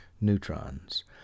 neutrons